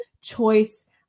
choice